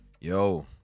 Yo